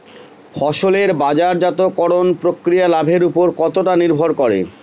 ফসলের বাজারজাত করণ প্রক্রিয়া লাভের উপর কতটা নির্ভর করে?